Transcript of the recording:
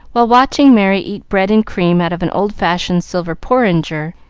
while watching merry eat bread and cream out of an old-fashioned silver porringer,